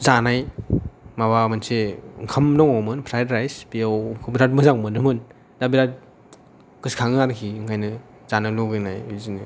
जानाय माबा मोनसे ओंखाम दङमोन फ्राइड राइस बेखौ बिराद मोजां मोनोमोन दा बिराद गोसखाङो आरोखि ओंखायनो जानो लुगैनाय बिदिनो